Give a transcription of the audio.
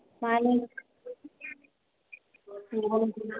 मानि